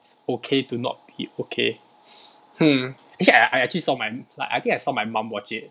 it's okay to not be okay hmm actually I I actually saw my I think I saw my mom watch it